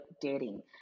dating